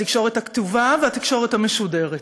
התקשורת הכתובה והתקשורת המשודרת.